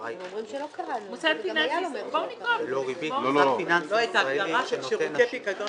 באשראי -- את ההגדרה של שירותי פיקדון